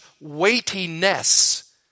weightiness